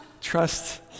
Trust